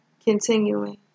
Continuing